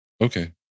Okay